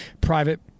private